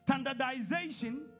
Standardization